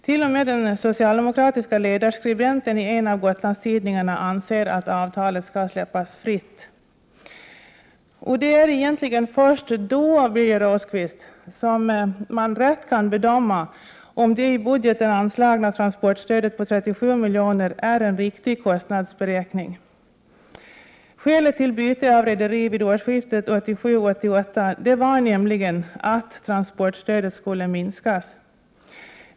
T.o.m. den socialdemokratiska ledarskribenten i en av Gotlandstidningarna anser att avtalet skall släppas fritt. Det är egentligen först då, Birger Rosqvist, när avtalet offentliggörs, som man rätt kan bedöma om det i budgeten anslagna transportstödet på 37 miljoner innebär en riktig kostnadsberäkning. Skälet till byte av rederi vid årsskiftet 1987-1988 var nämligen att transportstödet skulle minskas.